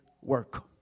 work